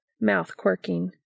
mouth-quirking